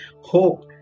hope